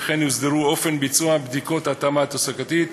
וכן יוסדרו אופן ביצוע בדיקות ההתאמה התעסוקתית,